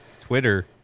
Twitter